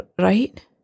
right